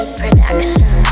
production